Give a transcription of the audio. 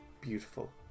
beautiful